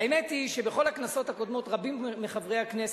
האמת היא שבכל הכנסות הקודמות רבים מחברי הכנסת,